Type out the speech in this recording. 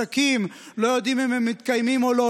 עסקים לא יודעים אם הם מתקיימים או לא,